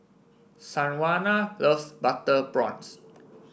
Sanjuana loves Butter Prawns